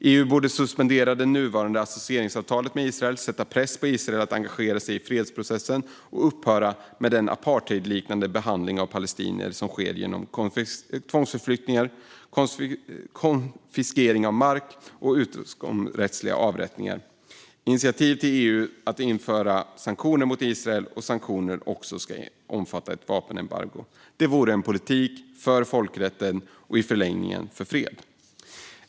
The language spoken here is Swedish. EU borde suspendera det nuvarande associeringsavtalet med Israel och sätta press på Israel att engagera sig i fredsprocessen och upphöra med den apartheidliknande behandlingen av palestinier som sker genom tvångsförflyttningar, konfiskering av mark och utomrättsliga avrättningar. Detta borde vara incitament för EU att införa sanktioner mot Israel, sanktioner som ska omfatta ett vapenembargo. Det vore en politik för folkrätten och i förlängningen för fred.